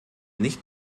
nicht